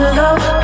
love